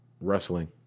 wrestling